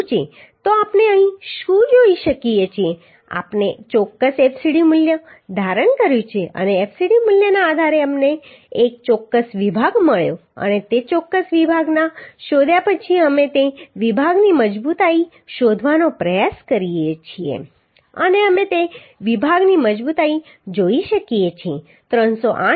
તો આપણે અહીં શું જોઈ શકીએ છીએ કે આપણે ચોક્કસ fcd મૂલ્ય ધારણ કર્યું છે અને fcd મૂલ્યના આધારે અમને એક ચોક્કસ વિભાગ મળ્યો અને તે ચોક્કસ વિભાગને શોધ્યા પછી અમે તે વિભાગની મજબૂતાઈ શોધવાનો પ્રયાસ કરીએ છીએ અને અમે તે વિભાગની મજબૂતાઈ જોઈ શકીએ છીએ